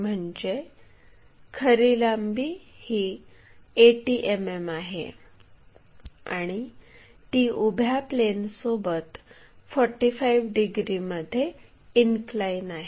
म्हणजे खरी लांबी ही 80 मिमी आहे आणि ती उभ्या प्लेनसोबत 45 डिग्रीमध्ये इनक्लाइन आहे